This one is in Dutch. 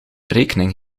rekening